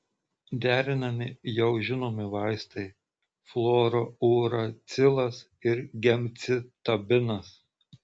derinami jau žinomi vaistai fluorouracilas ir gemcitabinas